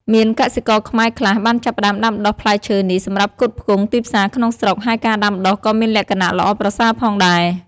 មានកសិករខ្មែរខ្លះបានចាប់ផ្តើមដាំដុះផ្លែឈើនេះសម្រាប់ផ្គត់ផ្គង់ទីផ្សារក្នុងស្រុក ហើយការដាំដុះក៏មានលក្ខណៈល្អប្រសើរផងដែរ។